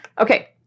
Okay